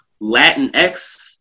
Latinx